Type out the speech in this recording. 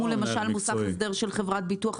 אם הוא למשל מוסך הסדר של חברת ביטוח.